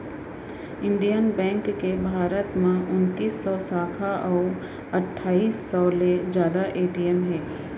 Indian bank के भारत म उनतीस सव साखा अउ अट्ठाईस सव ले जादा ए.टी.एम हे